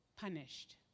punished